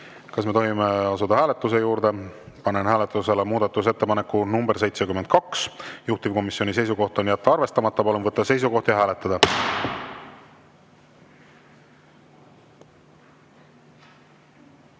kas me tohime asuda hääletuse juurde? Panen hääletusele muudatusettepaneku nr 71, juhtivkomisjoni seisukoht on jätta arvestamata. Palun võtta seisukoht ja hääletada!